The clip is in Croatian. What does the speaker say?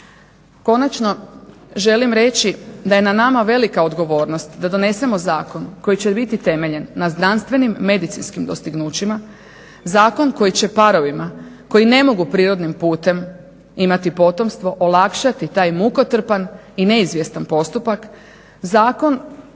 Konačno, želim reći da je na nama velika odgovornost da donesemo zakon koji će biti temeljen na znantsvenim medicinskim dostignućića, zakon koji parovima koji ne mogu prirodnim putem imati potomstvo olakšati taj mukotrpan i neizvjestan postupak, zakon